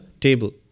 table